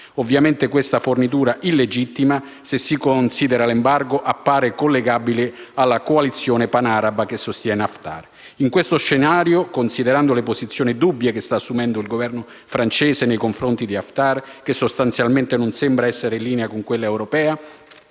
Ovviamente questa fornitura, illegittima se si considera l'embargo, appare collegabile alla coalizione panaraba che sostiene Haftar. In questo scenario, considerando le posizioni dubbie che sta assumendo il Governo francese nei confronti di Haftar, che sostanzialmente non sembra essere in linea con quelle europee,